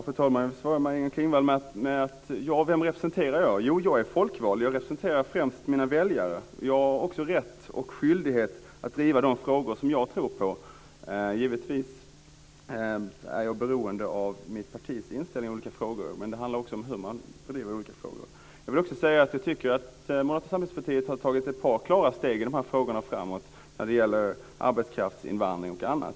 Fru talman! Jag vill svara på Maj-Inger Klingvalls fråga om vem jag representerar. Jag är folkvald. Jag representerar främst mina väljare. Jag har också rätt och skyldighet att driva de frågor som jag tror på. Givetvis är jag beroende av mitt partis inställning i olika frågor. Men det handlar också om hur man driver olika frågor. Jag vill även säga att jag tycker att Moderata samlingspartiet har tagit ett par klara steg framåt i de här frågorna när det gäller arbetskraftsinvandring och annat.